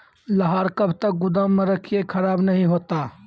लहार कब तक गुदाम मे रखिए खराब नहीं होता?